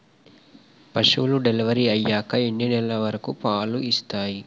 పశువులు డెలివరీ అయ్యాక ఎన్ని నెలల వరకు పాలు ఇస్తాయి?